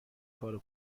کارو